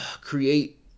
create